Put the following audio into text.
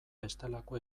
bestelako